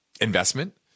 investment